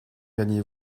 gagnez